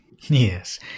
Yes